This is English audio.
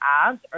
ads